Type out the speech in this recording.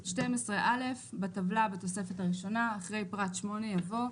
(12א) בטבלה בתוספת הראשונה, אחרי פרט (8) יבוא: